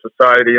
society